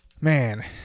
Man